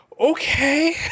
Okay